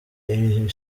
iri